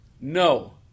No